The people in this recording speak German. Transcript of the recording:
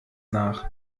nach